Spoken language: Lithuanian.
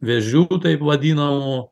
vėžiukų taip vadinamų